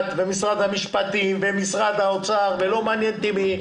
זאת גם בררת המחדל לגבי המקרה שאין לו כלל ימים.